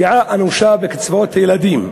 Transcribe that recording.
פגיעה אנושה בקצבאות הילדים.